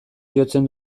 jotzen